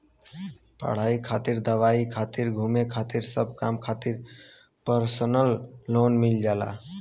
पढ़ाई खातिर दवाई खातिर घुमे खातिर सब काम खातिर परसनल लोन मिल जाला